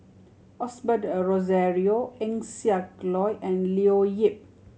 Osbert Rozario Eng Siak Loy and Leo Yip